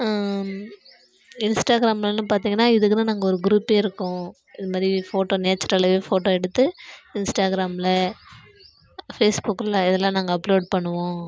இன்ஸ்டாகிராமில்னு பார்த்திங்கன்னா இதுக்கு தான் நாங்கள் ஒரு குரூப்பே இருக்கோம் இதுமாதிரி ஃபோட்டோ நேச்சுரலாகவே ஃபோட்டோ எடுத்து இன்ஸ்டாகிராமில் ஃபேஸ்புக்கில் இதல்லாம் நாங்கள் அப்லோட் பண்ணுவோம்